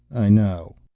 i know.